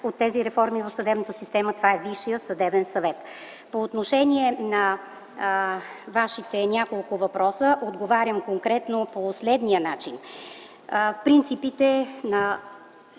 от тези реформи в съдебната система, това е Висшият съдебен съвет. По отношение на Вашите няколко въпроса отговарям конкретно по следния начин. Принципите на